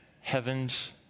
heavens